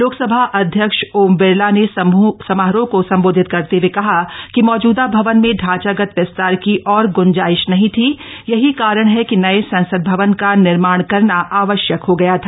लोकसभा अध्यक्ष ओम बिरला ने समारोह को संबोधित करते हुए कहा कि मौजूदा भवन में ढांचागत विस्तार की और ग्ंजाइश नहीं थी यही कारण है कि नए संसद भवन का निर्माणकरना आवश्यक हो गया था